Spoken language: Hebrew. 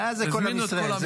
איזה כל עם ישראל,